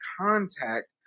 contact